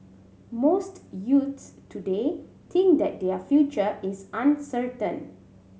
most youths today think that their future is uncertain